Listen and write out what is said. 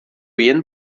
jen